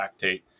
lactate